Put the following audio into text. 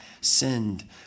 sinned